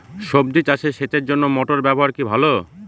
সবজি চাষে সেচের জন্য মোটর ব্যবহার কি ভালো?